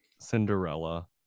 Cinderella